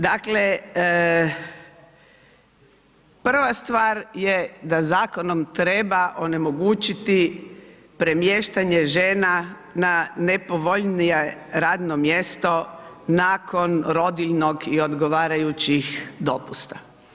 Dakle, prva stvar je da zakonom treba onemogućiti premještanjem žena na nepovoljnije radno mjesto nakon rodiljnog i odgovarajućih dopusta.